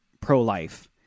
pro-life